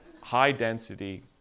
high-density